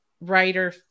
writer